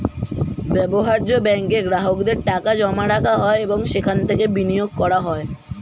ব্যবহার্য ব্যাঙ্কে গ্রাহকদের টাকা জমা রাখা হয় এবং সেখান থেকে বিনিয়োগ করা হয়